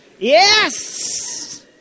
Yes